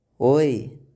Oi